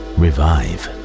revive